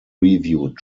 reviewed